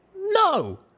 No